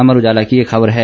अमर उजाला की एक खबर है